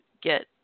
get